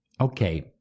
Okay